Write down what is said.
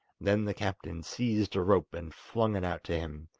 then the captain seized a rope and flung it out to him,